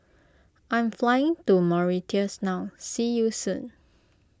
I am flying to Mauritius now see you soon